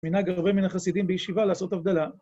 מנהג הרבה מן החסידים בישיבה לעשות הבדלה.